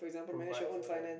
provide for them